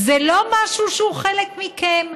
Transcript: זה לא משהו שהוא חלק מכם,